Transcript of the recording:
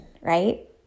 right